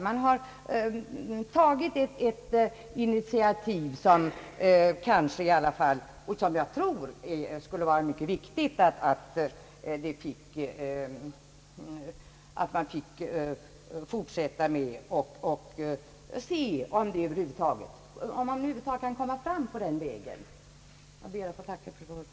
Man har i alla fall tagit ett initiativ, och jag tror att det vore mycket viktigt att man fick fortsätta därmed och se om man över huvud taget kunde komma fram på den vägen. Jag ber än en gång att få tacka för svaret.